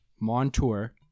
Montour